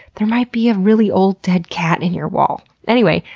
there might be a really old dead cat in your wall. anyway,